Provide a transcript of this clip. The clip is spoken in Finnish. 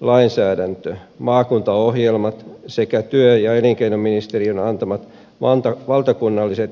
lainsäädäntö maakuntaohjelmat sekä työ ja elinkeinoministeriön antamat valtakunnalliset linjaukset